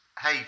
Hey